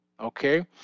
Okay